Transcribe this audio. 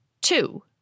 Two